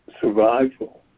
survival